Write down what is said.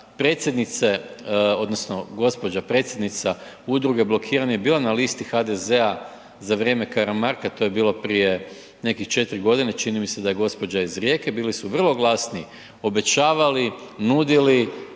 predsjednice odnosno gospođa predsjednica Udruge blokiranih bila na listi HDZ-a za vrijeme Karamarka, to je bilo prije nekih 4.g., čini mi se da je gospođa iz Rijeke, bili su vrlo glasni, obećavali, nudili,